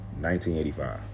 1985